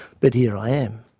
but here i am.